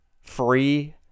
free